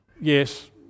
Yes